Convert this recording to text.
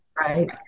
Right